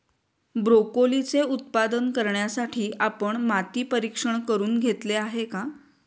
ब्रोकोलीचे उत्पादन करण्यासाठी आपण माती परीक्षण करुन घेतले आहे का?